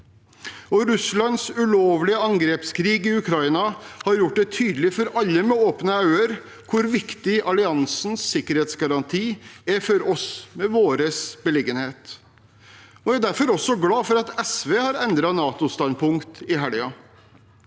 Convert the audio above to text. Russlands ulovlige angrepskrig i Ukraina har gjort det tydelig for alle med åpne øyne hvor viktig alliansens sikkerhetsgaranti er for oss med vår beliggenhet. Jeg er derfor også glad for at SV har endret NATO-standpunkt i helgen.